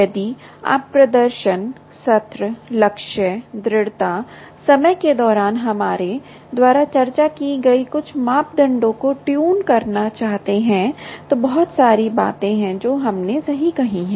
यदि आप प्रदर्शन सत्र लक्ष्य दृढ़ता समय के दौरान हमारे द्वारा चर्चा की गई कुछ मापदंडों को ट्यून करना चाहते हैं तो बहुत सारी बातें जो हमने सही कही हैं